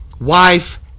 wife